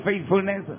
faithfulness